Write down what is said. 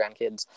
grandkids